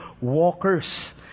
walkers